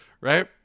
Right